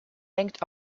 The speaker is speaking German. denkt